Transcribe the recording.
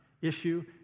Issue